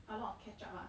a lot ketchup ah